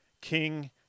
King